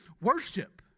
worship